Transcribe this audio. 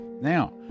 Now